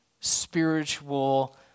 spiritual